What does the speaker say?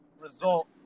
result